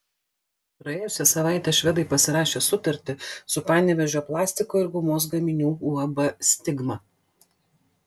praėjusią savaitę švedai pasirašė sutartį su panevėžio plastiko ir gumos gaminių uab stigma